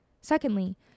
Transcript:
Secondly